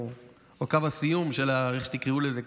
או קו הסיום או איך שתקראו לזה,